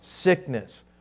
sickness